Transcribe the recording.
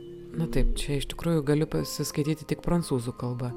na taip čia iš tikrųjų gali pasiskaityti tik prancūzu kalba